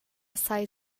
sai